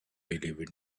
believe